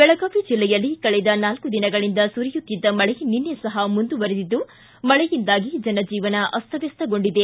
ಬೆಳಗಾವಿ ಜಿಲ್ಲೆಯಲ್ಲಿ ಕಳೆದ ನಾಲ್ನು ದಿನಗಳಿಂದ ಸುರಿಯುತ್ತಿದ್ದ ಮಳೆ ನಿನ್ನೆ ಸಹ ಮುಂದುವರಿದಿದ್ದು ಮಳೆಯಿಂದಾಗಿ ಜನಜೀವನ ಅಸ್ತವ್ಯಸ್ತಗೊಂಡಿದೆ